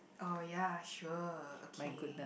oh ya sure okay